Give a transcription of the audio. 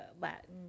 Latin